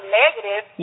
negative